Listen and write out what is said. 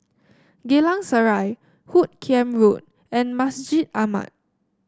Geylang Serai Hoot Kiam Road and Masjid Ahmad